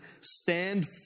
Stand